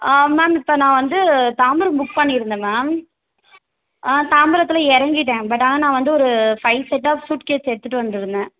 ஆ ma'am இப்போ நான் வந்து தாம்பரம் புக் பண்ணியிருந்தேன் மேம் ஆ தாம்பரத்தில் இறங்கிவிட்டேன் பட் ஆனால் நான் வந்து ஒரு ஃபைவ் செட் ஆஃப் சுட்கேஸ் எடுத்துகிட்டு வந்திருந்தேன்